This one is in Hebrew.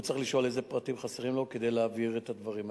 הוא צריך לשאול איזה פרטים חסרים לו כדי להעביר את הדברים האלה.